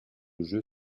jeu